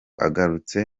agarutse